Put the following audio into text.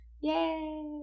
Yay